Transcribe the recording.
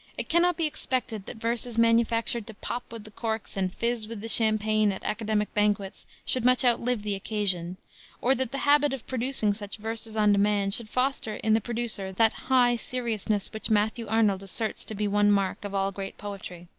it cannot be expected that verses manufactured to pop with the corks and fizz with the champagne at academic banquets should much outlive the occasion or that the habit of producing such verses on demand should foster in the producer that high seriousness which matthew arnold asserts to be one mark of all great poetry.